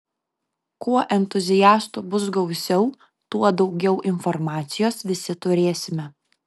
kuo entuziastų bus gausiau tuo daugiau informacijos visi turėsime